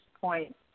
point